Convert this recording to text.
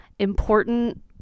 important